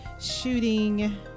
shooting